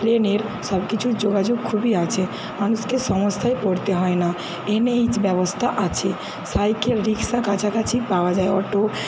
প্লেনের সব কিছুর যোগাযোগ খুবই আছে মানুষকে সমস্যায় পড়তে হয় না এন এইচ ব্যবস্থা আছে সাইকেল রিক্সা কাছাকাছি পাওয়া যায় অটো